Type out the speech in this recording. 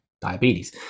diabetes